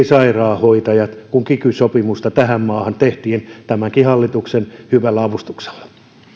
sairaanhoitajat kun kiky sopimusta tähän maahan tehtiin tämänkin hallituksen hyvällä avustuksella